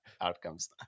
outcomes